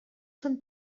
són